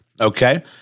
okay